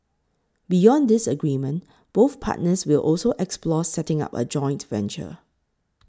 beyond this agreement both partners will also explore setting up a joint venture